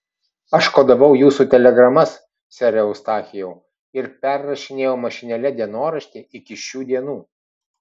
aš kodavau jūsų telegramas sere eustachijau ir perrašinėjau mašinėle dienoraštį iki šių dienų